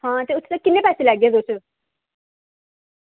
आं ते उत्थें दे किन्ने पैसे लैगे तुस